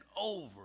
over